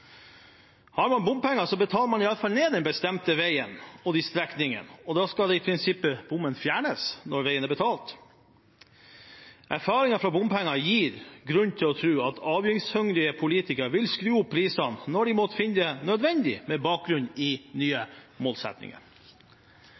Har man bompenger, betaler man i hvert fall ned den bestemte veien og strekningen, og da skal i prinsippet bommen fjernes når veien er betalt. Erfaringen med bompenger gir grunn til å tro at avgiftshungrige politikere vil skru opp prisene når de måtte finne det nødvendig på bakgrunn av nye